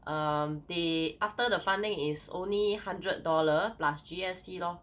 um they after the funding is only hundred dollar plus G_S_T lor